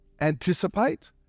anticipate